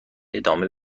ادامه